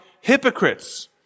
hypocrites